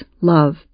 love